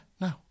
no